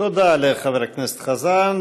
תודה לחבר הכנסת חזן.